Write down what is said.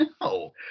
No